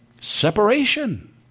Separation